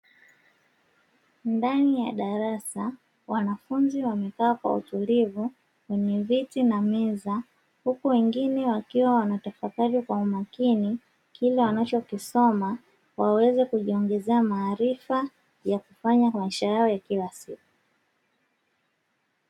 Ndani ya darasa wanafunzi wamekaa kwa utulivu kwenye viti na meza, huku wengine wakiwa wanatafakari kwa umakini kile wanachokisoma waweze kujiongezea maarifa ya kufanya kwa maisha yao ya kila siku.